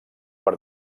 per